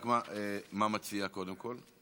מה אתה מציע, קודם כול?